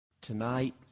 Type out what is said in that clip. Tonight